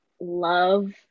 love